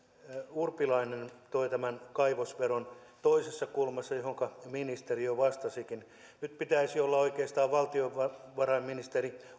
urpilainen toi tämän kaivosveron toisessa kulmassa ja siihen ministeri jo vastasikin nyt pitäisi olla oikeastaan valtiovarainministeri